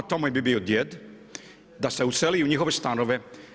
Tamo bi bio djed da se useli u njihove stanove.